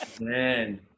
man